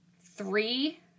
three